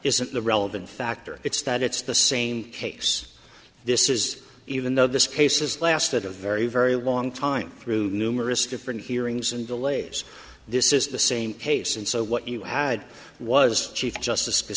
the relevant factor it's that it's the same case this is even though this case is lasted a very very long time through numerous different hearings and delays this is the same pace and so what you had was chief justice